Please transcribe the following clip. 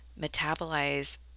metabolize